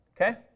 Okay